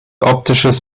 optisches